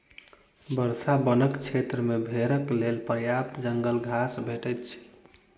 वर्षा वनक क्षेत्र मे भेड़क लेल पर्याप्त जंगल घास भेटैत छै